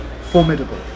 formidable